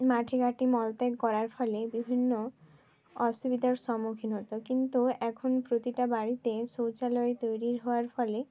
মাঠে ঘাটে মলত্যাগ করার ফলে বিভিন্ন অসুবিধার সম্মুখীন হতো কিন্তু এখন প্রতিটা বাড়িতে শৌচালয় তৈরির হওয়ার ফলে